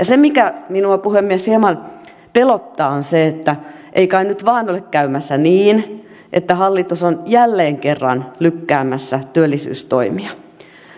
se mikä minua puhemies hieman pelottaa on se että ei kai nyt vain ole käymässä niin että hallitus on jälleen kerran lykkäämässä työllisyystoimia